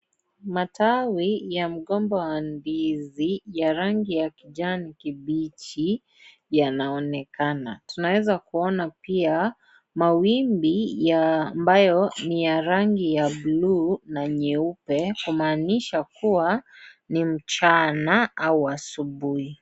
Matawi ya mgomba wa ndizi ya rangi ya kijani kibichi, yanaonekana. Tunaeza kuona pia mawimbi ya, ambayo ni ya rangi ya buluu na nyeupe, kumaanisha kuwa ni mchana au asubuhi.